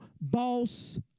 boss